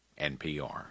NPR